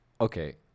Okay